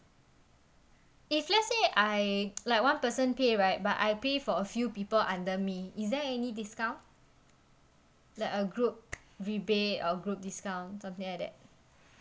if let's say I like one person pay right but I pay for a few people under me is there any discount like a group rebate or group discount something like that